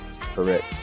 correct